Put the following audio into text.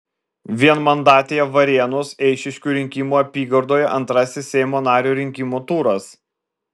vienmandatėje varėnos eišiškių rinkimų apygardoje antrasis seimo nario rinkimų turas